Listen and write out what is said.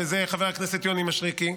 שזה חבר הכנסת יוני מישרקי.